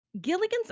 Gilligan's